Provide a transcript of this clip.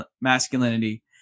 masculinity